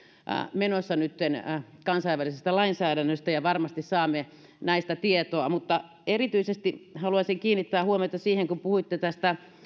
menossa nytten kansainvälisestä lainsäädännöstä ja varmasti saamme näistä tietoa mutta erityisesti haluaisin kiinnittää huomiota siihen kun puhuitte tästä